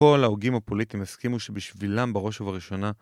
כל ההוגים הפוליטיים הסכימו שבשבילם בראש ובראשונה